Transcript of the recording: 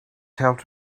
helped